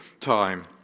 time